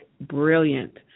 brilliant